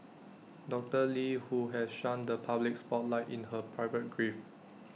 doctor lee who has shunned the public spotlight in her private grief